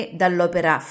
dall'opera